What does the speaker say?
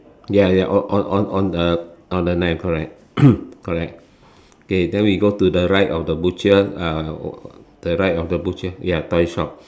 ya ya on on on on the on the nine o-clock right correct okay then we go to the right of the butcher uh the right of the butcher ya toy shop